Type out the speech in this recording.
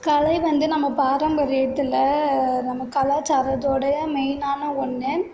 கலை வந்து நம்ம பாரம்பரியத்தில் நம்ம கலாச்சாரத்திடைய மெயினான ஒன்று